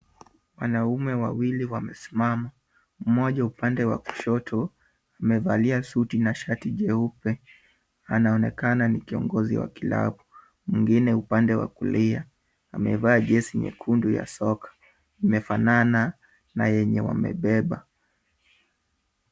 Wanaume wawili wamesimama. Moja upande wa kushoto amevalia suti na shati jeupe. Anaonekana ni kiongozi wa klabu. Mwingine upande wa kulia amevaa jezi nyekundu ya soka. Imefanana na yenye wamebeba.